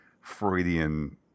Freudian